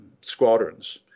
squadrons